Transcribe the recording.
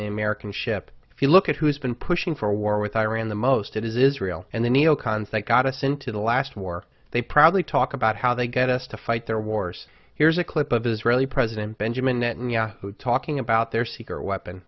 the american ship if you look at who has been pushing for war with iran the most it is israel and the neo cons that got us into the last war they probably talk about how they got us to fight their wars here's a clip of israeli president benjamin netanyahu talking about their secret weapon